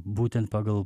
būtent pagal